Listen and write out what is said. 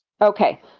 Okay